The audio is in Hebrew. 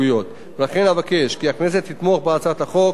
ולכן אבקש כי הכנסת תתמוך בהצעת החוק בקריאה